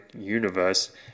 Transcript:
universe